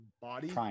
body